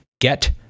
get